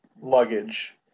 luggage